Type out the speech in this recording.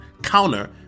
counter